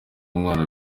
umwana